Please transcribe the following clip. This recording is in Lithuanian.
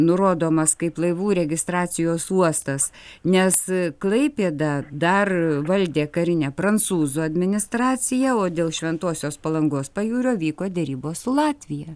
nurodomas kaip laivų registracijos uostas nes klaipėdą dar valdė karinė prancūzų administracija o dėl šventosios palangos pajūrio vyko derybos su latvija